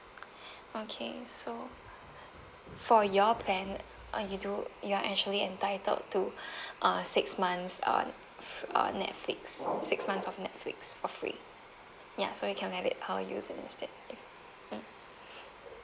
okay so for your plan uh you do you're actually entitled to uh six months err err netflix six months of netflix for free ya so you can have it her use it instead mm